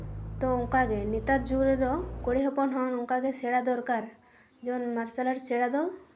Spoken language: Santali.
ᱛᱚ ᱚᱱᱠᱟᱜᱮ ᱱᱮᱛᱟᱨ ᱡᱩᱜᱽ ᱨᱮᱫᱚ ᱠᱩᱲᱤ ᱦᱚᱯᱚᱱ ᱦᱚᱸ ᱱᱚᱝᱠᱟ ᱥᱮᱬᱟ ᱫᱚᱨᱠᱟᱨ ᱡᱮᱢᱚᱱ ᱢᱟᱨᱥᱟᱞ ᱟᱨᱴ ᱥᱮᱬᱟ ᱫᱚ